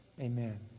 Amen